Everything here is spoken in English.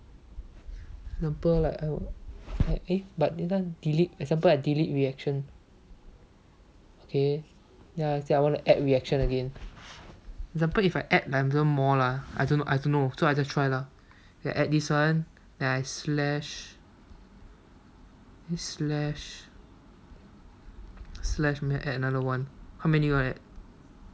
example like !aiyo! eh but this one delete example I delete reaction okay then I say I want to add reaction again example if I add a dozen more lah I don't know I don't know so I just try lah so okay add this one then I slash I slash slash then I add another one how many you want to add